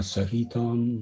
Sahitam